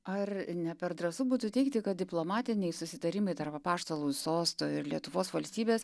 ar ne per drąsu būtų teigti kad diplomatiniai susitarimai tarp apaštalų sosto ir lietuvos valstybės